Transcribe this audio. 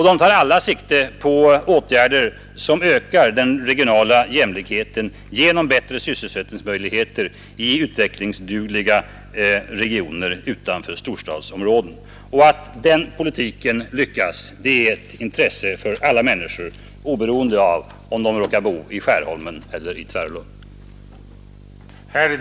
De tar alla sikte på åtgärder som ökar den regionala jämlikheten genom bättre sysselsättningsmöjligheter i utvecklingsdugliga regioner utanför storstadsområdena. Att den politiken lyckas är ett intresse för alla människor, oberoende av om de bor i Skärholmen eller i Tvärålund.